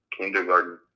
kindergarten